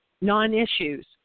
non-issues